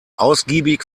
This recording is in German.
ausgiebig